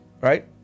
right